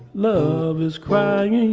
love is crying and